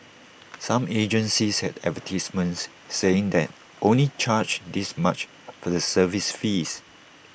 some agencies had advertisements saying they only charge this much for the service fees